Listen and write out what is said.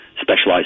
specialized